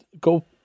go